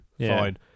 fine